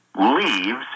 leaves